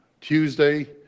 tuesday